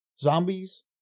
zombies